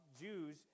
Jews